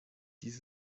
dies